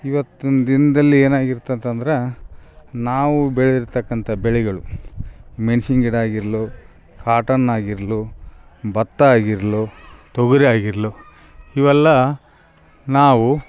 ಇವತ್ತಿನ ದಿನದಲ್ಲಿ ಏನಾಗಿರ್ತದಂದ್ರೆ ನಾವು ಬೆಳೆದಿಳ್ದಿರ್ತಕ್ಕಂಥ ಬೆಳೆಗಳು ಮೆಣ್ಸಿನ ಗಿಡ ಆಗಿರ್ಲಿ ಕಾಟನ್ ಆಗಿರ್ಲಿ ಭತ್ತ ಆಗಿರ್ಲಿ ತೊಗರಿ ಆಗಿರ್ಲಿ ಇವೆಲ್ಲಾ ನಾವು